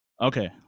Okay